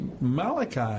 Malachi